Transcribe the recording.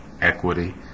equity